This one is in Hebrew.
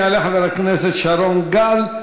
יעלה חבר הכנסת שרון גל,